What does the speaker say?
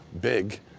big